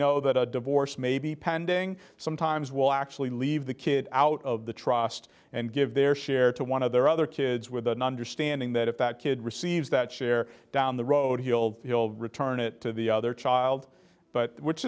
know that a divorce may be pending some times will actually leave the kid out of the trust and give their share to one of their other kids with the understanding that if that kid receives that share down the road he'll build return it to the other child but which